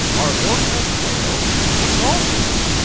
are orcas whales or dolphins?